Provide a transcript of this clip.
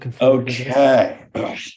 Okay